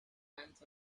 pants